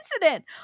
incident